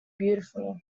beautiful